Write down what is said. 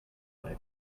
life